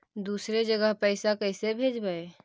दुसरे जगह पैसा कैसे भेजबै?